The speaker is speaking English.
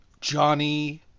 Johnny